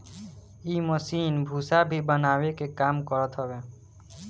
इ मशीन भूसा भी बनावे के काम करत हवे